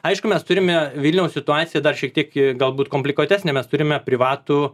aišku mes turime vilniaus situaciją dar šiek tiek galbūt komplikuotesnę mes turime privatų